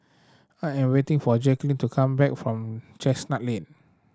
I am waiting for Jacklyn to come back from Chestnut Lane